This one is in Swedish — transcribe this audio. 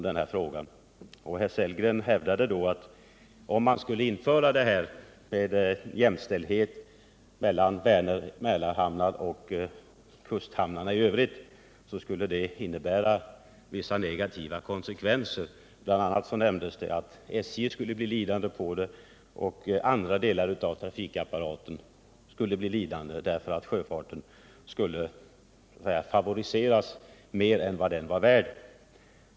Herr Sellgren hävdade då att om man skulle införa jämställdhet mellan Väneroch Mälarhamnar och kusthamnar i övrigt skulle det innebära vissa negativa konsekvenser. Bl. a. nämndes att SJ skulle bli lidande, liksom andra delar av trafikapparaten, därför att sjöfarten skulle favoriseras mer än vad den var värd.